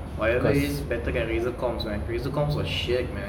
whatever it is better than Razer comms man Razer comms was shit man